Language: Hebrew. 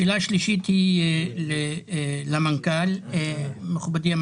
שאלה שלישית היא למנכ"ל: מכובדי,